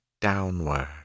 downward